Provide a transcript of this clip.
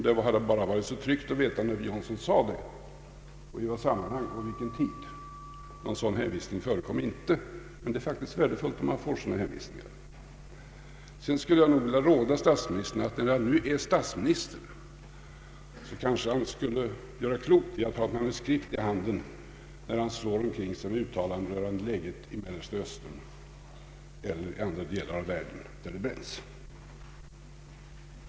Det hade bara varit så tryggt att veta när president Johnson yttrade dei och i vilket sammanhang. Någon sådan hänvisning förekom inte, men det är faktiskt värdefullt om sådana hänvisningar ges. För det andra skulle jag nog vilja råda statsministern, när han nu är statsminister, att ha ett manuskript när han slår omkring sig med uttalanden rörande läget i Mellersta Östern eller andra delar av världen där det bränns.